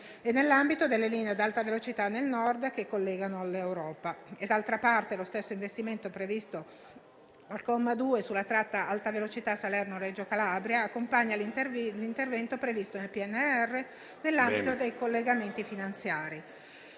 nell'ambito delle linee ad alta velocità nel Nord che collegano all'Europa. D'altra parte, lo stesso investimento previsto al comma 2 sulla tratta alta velocità Salerno-Reggio Calabria, accompagna l'intervento previsto nel PNRR nell'ambito dei collegamenti finanziari.